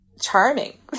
charming